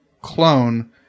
clone